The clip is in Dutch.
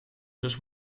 zus